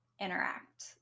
interact